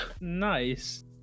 Nice